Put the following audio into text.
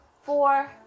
four